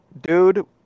dude